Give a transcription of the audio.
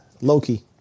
Loki